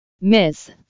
Miss